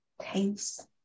Taste